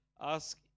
ask